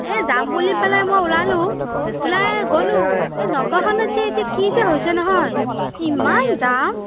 এ যাম বুলি পেলাই মই ওলালোঁ ওলাই গ'লোঁ এই নগাওঁখনত যে এতিয়া কি যে হৈছে নহয় ইমান জাম